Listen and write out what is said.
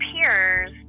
peers